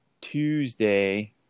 Tuesday